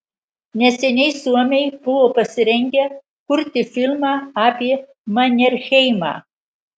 neseniai suomiai buvo pasirengę kurti filmą apie manerheimą